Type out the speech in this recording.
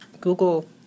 Google